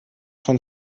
von